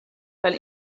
fell